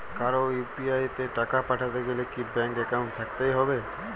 কারো ইউ.পি.আই তে টাকা পাঠাতে গেলে কি ব্যাংক একাউন্ট থাকতেই হবে?